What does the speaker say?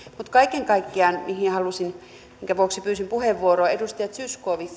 mutta kaiken kaikkiaan minkä vuoksi pyysin puheenvuoroa edustaja zyskowicz